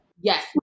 Yes